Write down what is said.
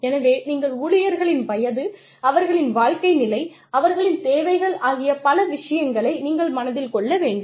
எனவே நீங்கள் ஊழியர்களின் வயது அவர்களின் வாழ்க்கை நிலை அவர்களின் தேவைகள் ஆகிய பல விஷயங்களை நீங்கள் மனதில் கொள்ள வேண்டும்